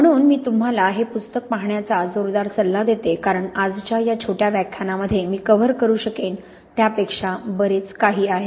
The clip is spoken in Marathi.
म्हणून मी तुम्हाला हे पुस्तक पाहण्याचा जोरदार सल्ला देते कारण आजच्या या छोट्या व्याख्यानांमध्ये मी कव्हर करू शकेन त्यापेक्षा बरेच काही आहे